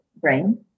brain